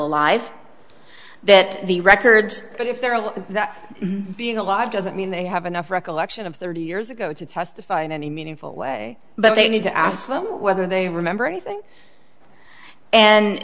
alive that the records but if they're all that being alive doesn't mean they have enough recollection of thirty years ago to testify in any meaningful way but they need to ask them whether they remember anything and